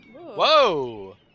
Whoa